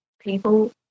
people